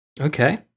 Okay